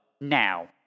now